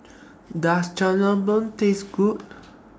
Does Jajangmyeon Taste Good